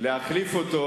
להחליף אותו,